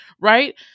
right